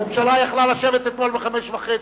הממשלה יכלה לשבת אתמול ב-17:30.